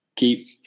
keep